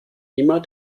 immer